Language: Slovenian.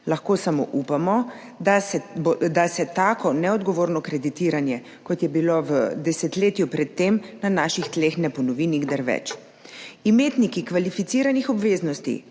lahko samo upamo, da se tako neodgovorno kreditiranje, kot je bilo v desetletju pred tem, na naših tleh ne ponovi nikdar več. Imetniki kvalificiranih obveznosti